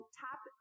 tap